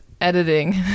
editing